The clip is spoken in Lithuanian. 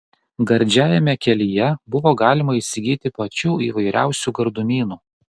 gardžiajame kelyje buvo galima įsigyti pačių įvairiausių gardumynų